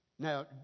Now